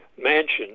mansion